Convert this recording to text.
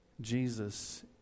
Jesus